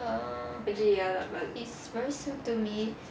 err it's very soon to me